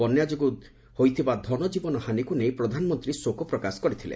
ବନ୍ୟାଯୋଗୁଁ ହୋଇଥିବା ଧନଜୀବନ ହାନିକୁ ନେଇ ପ୍ରଧାନମନ୍ତ୍ରୀ ଶୋକ ପ୍ରକାଶ କରିଥିଲେ